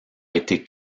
été